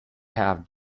have